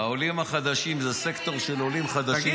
העולים החדשים זה סקטור של עולים חדשים,